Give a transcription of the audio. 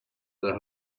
that